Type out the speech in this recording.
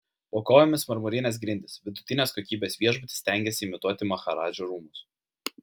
po kojomis marmurinės grindys vidutinės kokybės viešbutis stengiasi imituoti maharadžų rūmus